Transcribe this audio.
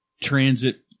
transit